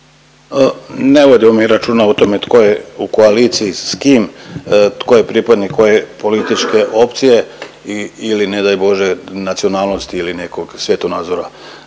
Ne vodimo mi računa o tome tko je u koaliciji s kim, tko je pripadnik koje političke opcije i, ili ne daj Bože nacionalnosti ili nekog svjetonazora.